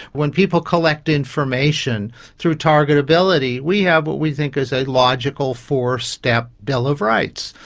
when people collect information through targetability, we have what we think is a logical four-step bill of rights.